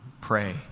pray